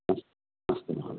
अस्तु अस्तु महोदय